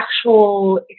actual